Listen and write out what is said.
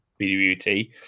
BWT